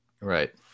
right